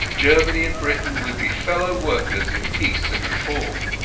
germany and britain would be fellow-workers in peace and reform.